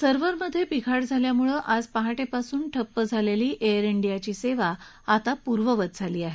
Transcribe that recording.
सर्व्हरमध्ये बिघाड झाल्यामुळे आज पहाटेपासून ठप्प झालेली एअर डियाची सेवा आता पूर्ववत झाली आहे